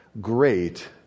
Great